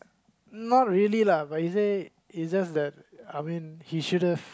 not really lah but he said it's just that I mean he should have